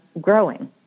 growing